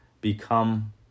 Become